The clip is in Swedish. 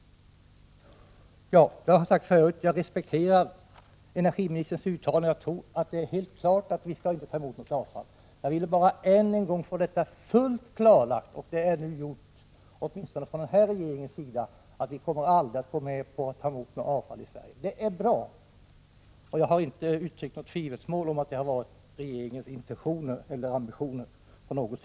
Jag har tidigare sagt att jag respekterar energiministerns uttalande. Jag tror att det är helt klart att vi inte skall ta emot något avfall. Jag ville bara än en gång få detta fullt klarlagt, och det har nu åtminstone från den nuvarande regeringens sida gjorts klart att vi i Sverige aldrig kommer att gå med på att ta emot något avfall. Det är bra, och jag har inte uttryckt något tvivelsmål om regeringens ambitioner på den punkten.